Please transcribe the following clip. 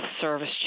service